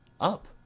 Up